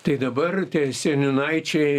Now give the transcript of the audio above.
tai dabar tie seniūnaičiai